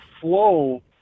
flow